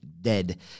dead